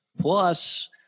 plus